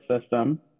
System